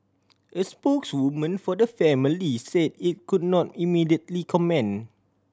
a spokeswoman for the family say it could not immediately comment